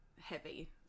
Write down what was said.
heavy